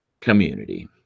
community